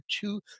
two